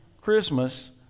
Christmas